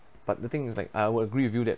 but the thing is like I would agree with you that